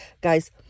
Guys